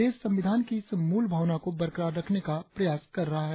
देश संविधान की इस मूल भावना को बरकरार रखने का प्रयास कर रहा है